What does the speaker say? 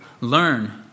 learn